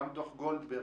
גם דוח גולדברג,